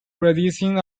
producing